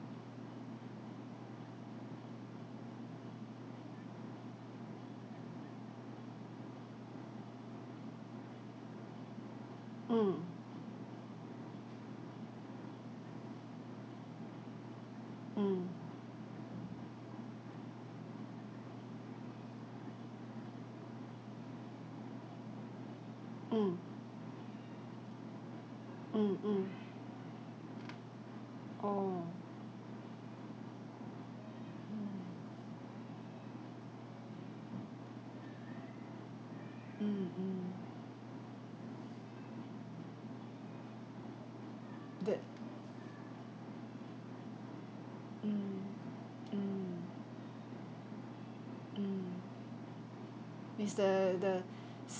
mm mm mm mm mm oh hmm mm mm the mm mm mm it's the the